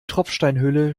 tropfsteinhöhle